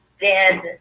dead